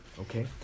Okay